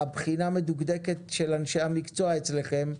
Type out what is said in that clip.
צריכה להיות בחינה מדוקדקת של אנשי המקצוע אצלכם,